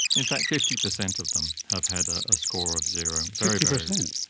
in fact fifty percent of them have had a score of zero. fifty percent?